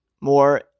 more